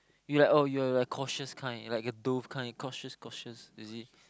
you're like oh you're the cautious kind like the dove kind cautious cautious is it